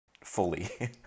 fully